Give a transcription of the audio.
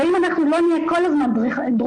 ואם אנחנו לא נהיה כל הזמן דרוכים,